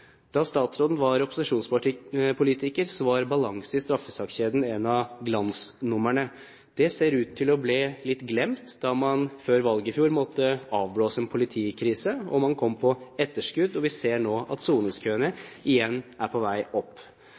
Da statsråden var opposisjonspolitiker, var balanse i straffesakskjeden et av glansnumrene. Det så ut til å bli litt glemt da man før valget i fjor måtte avblåse en politikrise, og man kom på etterskudd. Vi ser nå at soningskøene igjen er på vei opp.